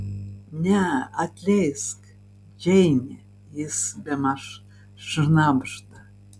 ne atleisk džeine jis bemaž šnabžda